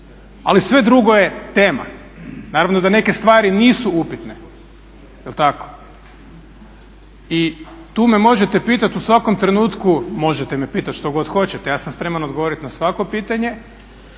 Ali sve drugo je tema. Naravno da neke stvari nisu upitne jel' tako? I tu me možete pitati u svakom trenutku, možete me pitati što god hoćete ja sam spreman odgovoriti na svako pitanje.